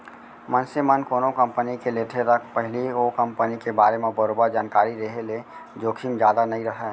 मनसे मन कोनो कंपनी के लेथे त पहिली ओ कंपनी के बारे म बरोबर जानकारी रेहे ले जोखिम जादा नइ राहय